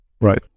Right